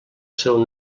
seu